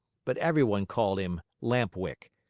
but everyone called him lamp-wick,